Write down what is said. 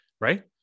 Right